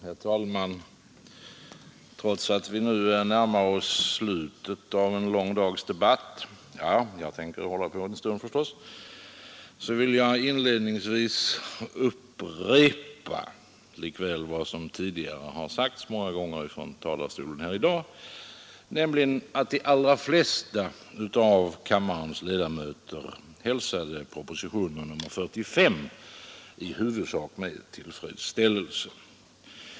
Herr talman! Trots att vi nu närmar oss slutet av en lång dags debatt — ja, jag tänker förstås hålla på en stund — vill jag inledningsvis upprepa vad som sagts många gånger från denna talarstol i dag, nämligen att de allra flesta av kammarens ledamöter hälsade propositionen 45 i huvudsak med tillfredsställelse.